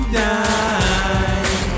die